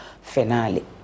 finale